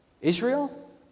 Israel